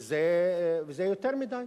וזה יותר מדי.